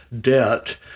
debt